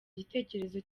igitekerezo